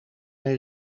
een